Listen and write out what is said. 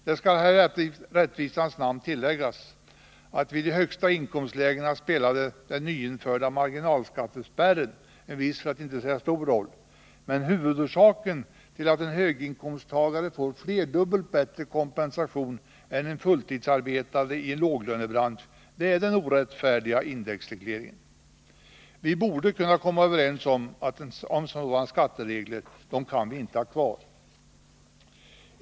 Det skall här i rättvisans namn tilläggas att vid de högsta inkomstlägena spelar den nyinförda marginalskattespärren en viss — för att inte säga stor — roll, men huvudorsaken till att en höginkomsttagare får flerdubbelt bättre kompensation än en fulltidsarbetande i en låglönebransch är den orättfärdiga indexregleringen. Vi borde kunna komma överens om att sådana skatteregler kan vi inte ha kvar.